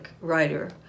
writer